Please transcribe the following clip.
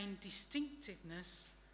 distinctiveness